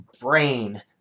brain